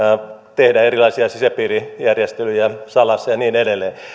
tehdä erilaisia sisäpiirijärjestelyjä salassa ja niin edelleen